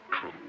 true